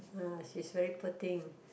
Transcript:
uh she's very poor thing